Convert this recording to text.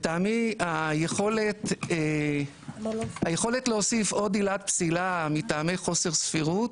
לטעמי היכולת להוסיף עוד עילת פסילה מטעמי חוסר סבירות,